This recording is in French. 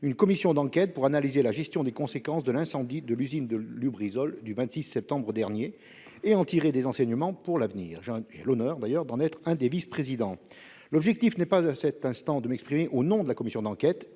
une commission d'enquête pour analyser la gestion des conséquences de l'incendie de l'usine Lubrizol du 26 septembre 2019, et en tirer des enseignements pour l'avenir. J'ai l'honneur d'en être l'un des vice-présidents. Mon objectif est, à cet instant, non pas de m'exprimer au nom de la commission d'enquête,